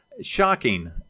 Shocking